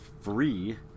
free